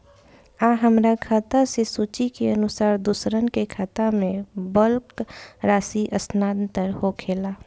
आ हमरा खाता से सूची के अनुसार दूसरन के खाता में बल्क राशि स्थानान्तर होखेला?